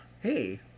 hey